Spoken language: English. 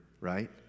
right